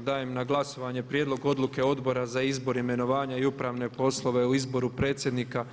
Dajem na glasovanje Prijedlog dluke Odbora za izbor, imenovanja i upravne poslove o izboru predsjednika,